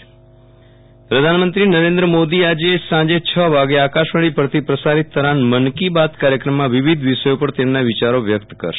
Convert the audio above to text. વિરલ રાણા મન કી બાત પ્રધાનમંત્રી નરેન્દ્ર મોદી આજે સાંજે છ વાગે આકાશવાણી પરથી પ્રસારિત થનાર મન કી બાત કાર્યક્રમમાં વિવિધ વિષયો ઉપર તેમના વિયારો વ્યક્ત કરશે